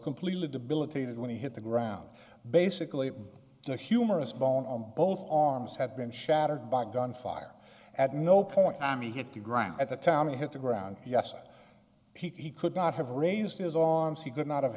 completely debilitated when he hit the ground basically the humerus bone on both arms had been shattered by gunfire at no point i mean hit the ground at the town he hit the ground yes that he could not have raised his arms he could not have